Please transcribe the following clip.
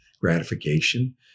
gratification